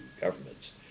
governments